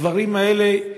הדברים האלה,